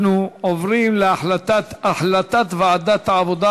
אנחנו עוברים להחלטת ועדת העבודה,